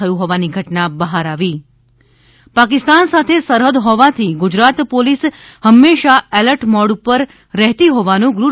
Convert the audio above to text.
થયું હોવાની ઘટના બહાર આવી પાકિસ્તાન સાથે સરહદ હોવાથી ગુજરાત પોલિસ હમેશા એલર્ટ મોડ પર રહેતી હોવાનું ગૃહ